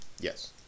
yes